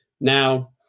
Now